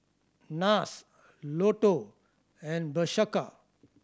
Nars Lotto and Bershka